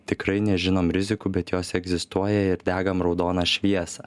tikrai nežinom rizikų bet jos egzistuoja ir degam raudoną šviesą